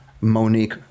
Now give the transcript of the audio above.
Monique